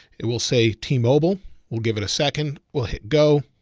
it will say, t-mobile, we'll give it a second. we'll hit go,